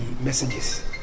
messages